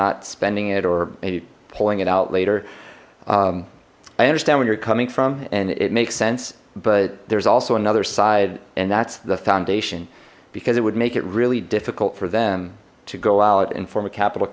not spending it or maybe pulling it out later i understand where you're coming from and it makes sense but there's also another side and that's the foundation because it would make it really difficult for them to go out and form a capital